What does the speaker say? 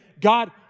God